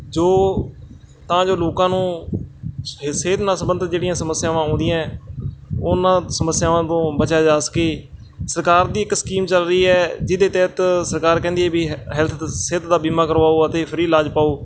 ਜੋ ਤਾਂ ਜੋ ਲੋਕਾਂ ਨੂੰ ਸਿ ਸਿਹਤ ਨਾਲ ਸੰਬੰਧਿਤ ਜਿਹੜੀਆਂ ਸਮੱਸਿਆਵਾਂ ਆਉਂਦੀਆਂ ਹੈ ਉਹਨਾਂ ਸਮੱਸਿਆਵਾਂ ਤੋਂ ਬਚਿਆ ਜਾ ਸਕੇ ਸਰਕਾਰ ਦੀ ਇੱਕ ਸਕੀਮ ਚੱਲ ਰਹੀ ਹੈ ਜਿਹਦੇ ਤਹਿਤ ਸਰਕਾਰ ਕਹਿੰਦੀ ਹੈ ਵੀ ਹੈ ਹੈਲਥ ਸਿੱਧ ਦਾ ਬੀਮਾ ਕਰਵਾਓ ਅਤੇ ਫਰੀ ਇਲਾਜ ਪਾਓ